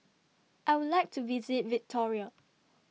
I Would like to visit Victoria